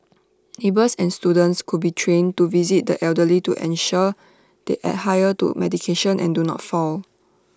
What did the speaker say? neighbours and students could be trained to visit the elderly to ensure they adhere to medication and do not fall